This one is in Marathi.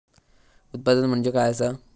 उत्पादन म्हणजे काय असा?